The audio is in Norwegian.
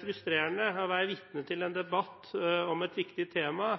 frustrerende å være vitne til en debatt om et viktig tema